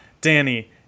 Danny